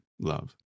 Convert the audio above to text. love